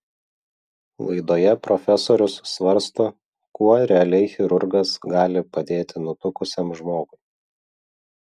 laidoje profesorius svarsto kuo realiai chirurgas gali padėti nutukusiam žmogui